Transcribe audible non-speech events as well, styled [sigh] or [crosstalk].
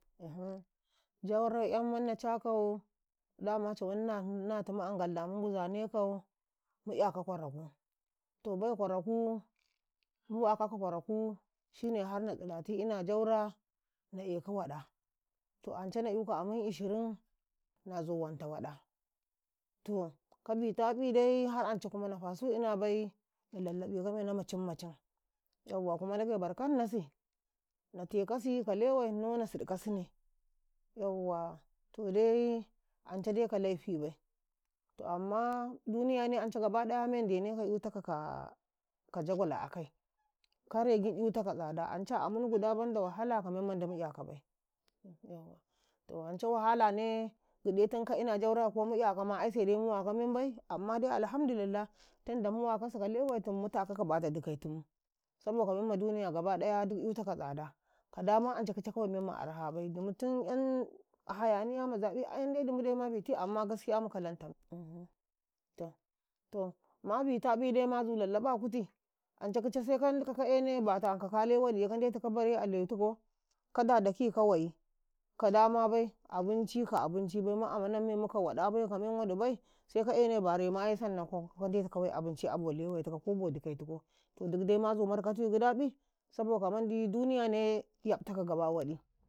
[unintelligible] "yan na cakau domacin [hesitation] Ngalda mu nguzanekau mu "yakai kwaraku to bai kwaraku, mu sai asku na eka waɗa. To ance na"yuka amm [unintelligible] na zu wanta waɗa to ka bitaƃi na da "yu ba na eka menau macin macin yauwa kuma ndage barkannasi na tekasi ka lewaino na siɗkasu [unintelligible] ance dai ka aibu bai [unintelligible] bai malaine giɗtau ɗautaka ka [unintelligible] a a kai, karai giɗ "yutaka kwayin ka memmandi mu "yakabai. To nace bone ne giɗe tumu ka ina asku ko mu "yakamu aise dai mu waka membai ammma da mu ɗibansa a tala tunda, mu wakasi ka lewaitumu domacin memma baimala "yutaka kwayin ka [unintelligible] ka wayi mema [unintelligible] dumu "yantin"yan mema [unintelligible] ai dai dumu dai ma biti amma jire mu kala tamubai to ma biti dai ma markatui macin macin ance kice sai kandika ka ene batau [unintelligible] kale waɗi kabare a lewitkau ka dadaki jka wayi [unintelligible] bai waɗa ka waɗabi ka men waɗi bai, sai ka ene [unintelligible] sanna ka ndetu ka wai waɗa abo lewaitikau ko dikaitikau dumu dai mzu markatai gidam domacin kuwa baimalai yaƃtaka giɗtau.